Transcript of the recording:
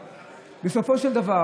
בסופו של דבר